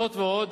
זאת ועוד,